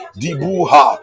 dibuha